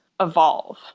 evolve